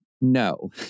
no